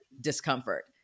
discomfort